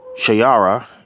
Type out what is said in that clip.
Shayara